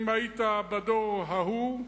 אם היית בדור ההוא,